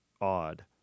odd